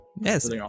Yes